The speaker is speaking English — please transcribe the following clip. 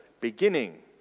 beginning